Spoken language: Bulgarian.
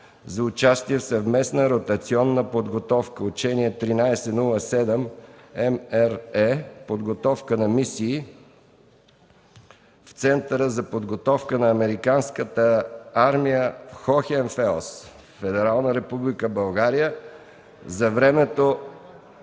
за участие в съвместна ротационна подготовка/учение 13-07 MRE за подготовка за мисии в Центъра за подготовка на американската армия – Хохенфелс, Федерална република Германия за времето